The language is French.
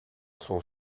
son